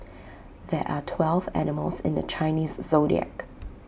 there are twelve animals in the Chinese Zodiac